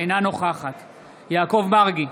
אינה נוכחת יעקב מרגי,